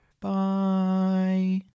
Bye